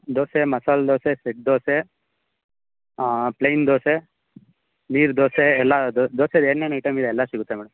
dosa masala dosa set dosa plain dosa neer dosa ಎಲ್ಲ ದೋಸೆ ದೋಸೆದು ಏನೇನು ಐಟಮ್ ಇದೆ ಎಲ್ಲ ಸಿಗುತ್ತೆ ಮೇಡಮ್